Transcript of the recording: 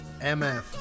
MF